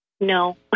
No